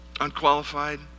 unqualified